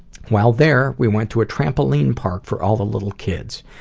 while there, we went to a trampoline park for all the little kids.